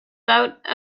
bout